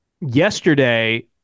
yesterday